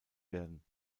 werden